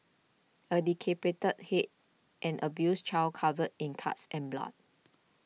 a decapitated head an abused child covered in cuts and blood